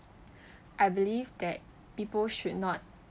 I believe that people should not